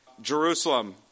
Jerusalem